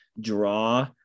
draw